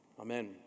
Amen